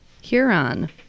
Huron